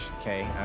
Okay